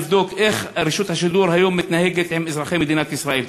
ולבדוק איך רשות השידור מתנהגת היום עם אזרחי מדינת ישראל.